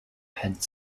had